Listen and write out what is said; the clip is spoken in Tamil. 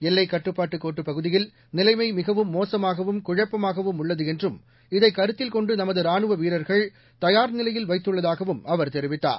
எல்லைக் கட்டுப்பாட்டு கோட்டுப் பகுதியில் நிலைமை மிகவும் மோசமாகவும் குழப்பமாகவும் உள்ளது என்றும் இதைக் கருத்தில் கொண்டு நமது ரானுவ வீரர்களை தயார்நிலையில் வைத்துள்ளதாகவும் அவர் தெரிவித்தார்